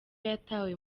yatawe